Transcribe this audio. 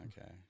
okay